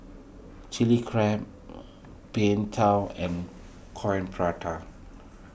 Chilli Crab Png Tao and Coin Prata